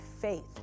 faith